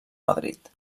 madrid